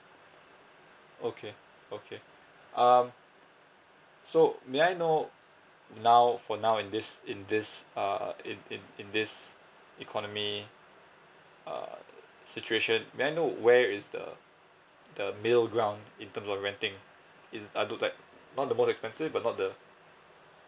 okay okay um so may I know now for now in this in this uh in in in this economy uh situation may I know where is the the middle ground in terms of renting it's uh do like not the most expensive but not the